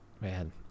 man